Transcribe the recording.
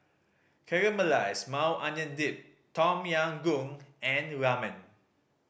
Caramelized Maui Onion Dip Tom Yam Goong and Ramen